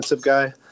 guy